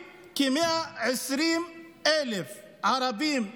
לערבים, כי 120,000 ערבים בדואים,